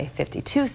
52